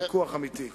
אני מצפה לפיקוח אמיתי.